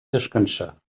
descansar